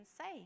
say